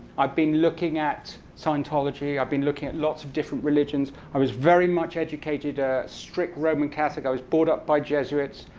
i've been looking at scientology. i've been looking at lots of different of religions. i was very much educated a strict roman catholic. i was brought up by jesuits.